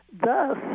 thus